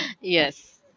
Yes